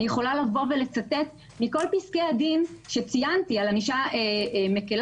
אני יכולה לצטט מכל פסקי הדין שציינתי על ענישה מקלה,